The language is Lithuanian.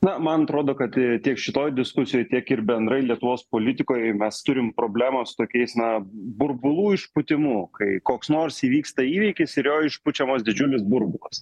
na man atrodo kad tiek šitoj diskusijoj tiek ir bendrai lietuvos politikoj mes turim problemos tokiais na burbulų išpūtimu kai koks nors įvyksta įvykis ir jo išpučiamas didžiulis burbulas